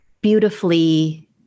beautifully